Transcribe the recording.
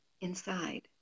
inside